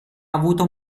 avuto